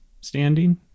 standing